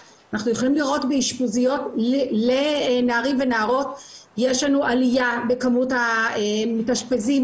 באישפוזיות לנערים ונערות יש לנו עלייה בכמות המתאשפזים,